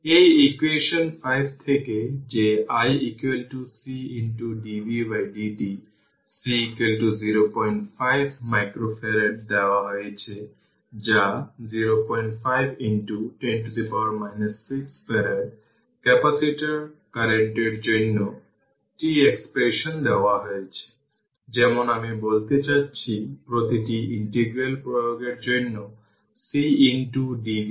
সুতরাং এটি হল ক্যাপাসিটর RC1 এটি 5 মাইক্রোফ্যারাড এটি ক্যাপাসিটর RC2 এটি 20 মাইক্রোফ্যারাড এবং এটি হল v1 t v2 t